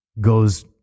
goes